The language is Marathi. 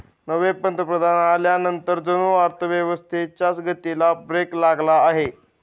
नवे पंतप्रधान आल्यानंतर जणू अर्थव्यवस्थेच्या गतीला ब्रेक लागला आहे